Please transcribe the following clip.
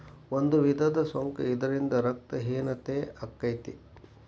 ಒಂದು ವಿಧದ ಸೊಂಕ ಇದರಿಂದ ರಕ್ತ ಹೇನತೆ ಅಕ್ಕತಿ